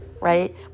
right